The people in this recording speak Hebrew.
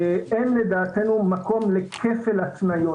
אין לדעתנו מקום לכפל התניות